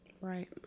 Right